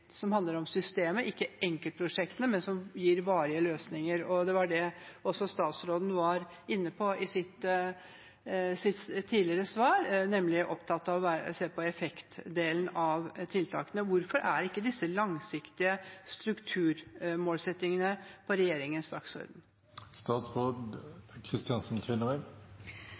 som handler om systemet, ikke enkeltprosjektene, men som gir varige løsninger. Det var det også statsråden var inne på i sitt tidligere svar, nemlig det å se på effektdelen av tiltakene. Hvorfor er ikke disse langsiktige strukturmålsettingene på regjeringens dagsorden?